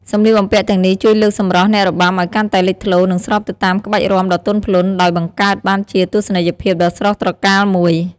សម្លៀកបំពាក់ទាំងនេះជួយលើកសម្រស់អ្នករបាំឱ្យកាន់តែលេចធ្លោ និងស្របទៅតាមក្បាច់រាំដ៏ទន់ភ្លន់ ដោយបង្កើតបានជាទស្សនីយភាពដ៏ស្រស់ត្រកាលមួយ។